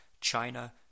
China